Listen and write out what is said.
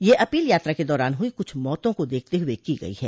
यह अपील यात्रा के दौरान हुई कुछ मौतों को देखते हुए की गई है